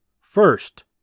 First